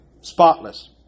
spotless